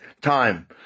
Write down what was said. time